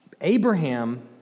Abraham